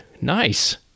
Nice